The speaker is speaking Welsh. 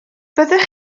fyddech